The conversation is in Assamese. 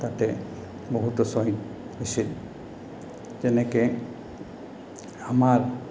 তাতে বহুতো শ্বহীদ হৈছিল যেনেকে আমাৰ